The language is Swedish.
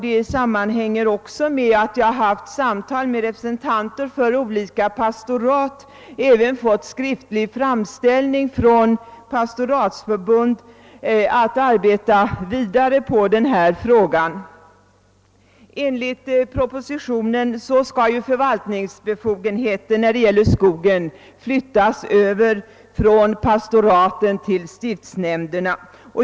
Det sammanhänger också med att jag haft samtal med representanter för olika pastorat och även fått skriftlig framställning från något pastoratsförbund att arbeta vidare på denna fråga. Enligt propositionen skall förvaltningsbefogenheterna när det gäller skogen flyttas över från pastoraten till stiftsnämnderna.